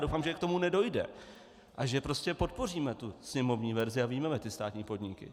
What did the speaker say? Doufám, že k tomu nedojde a že prostě podpoříme sněmovní verzi a vyjmeme státní podniky.